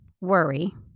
worry